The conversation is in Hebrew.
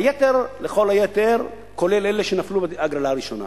והיתר לכל היתר, כולל אלה שנפלו בהגרלה הראשונה.